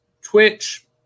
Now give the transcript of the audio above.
Twitch